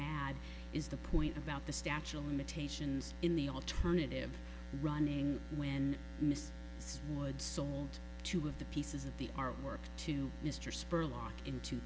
add is the point about the statue of limitations in the alternative running when mr sward sold two of the pieces of the artwork to mr spurlock into